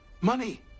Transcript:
money